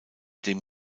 dem